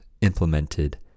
implemented